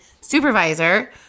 supervisor